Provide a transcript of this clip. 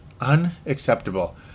Unacceptable